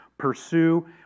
Pursue